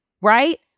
Right